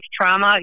trauma